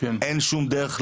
אין שום דרך לתקן?